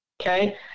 Okay